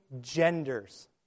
genders